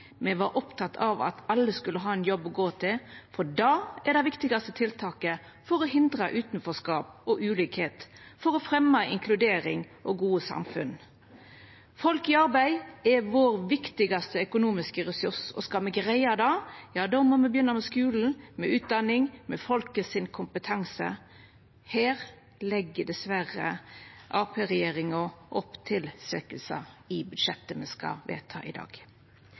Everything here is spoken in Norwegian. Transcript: Me var opptekne av at alle skulle ha ein jobb å gå til, for det er det viktigaste tiltaket for å hindra utanforskap og ulikheit, for å fremja inkludering og gode samfunn. Folk i arbeid er vår viktigaste økonomiske resurs. Og skal me greia det, må me begynna med skulen, med utdanning, med folk sin kompetanse. Her legg diverre Arbeidarparti-regjeringa opp til å svekkja budsjettet me skal vedta i dag.